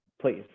Please